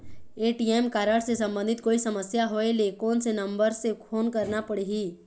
ATM card से संबंधित कोई समस्या होय ले, कोन से नंबर से फोन करना पढ़ही?